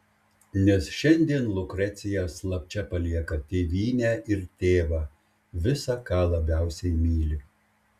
nes šiandien lukrecija slapčia palieka tėvynę ir tėvą visa ką labiausiai myli